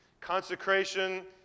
consecration